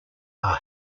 are